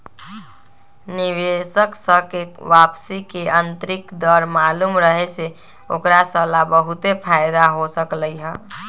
निवेशक स के वापसी के आंतरिक दर मालूम रहे से ओकरा स ला बहुते फाएदा हो सकलई ह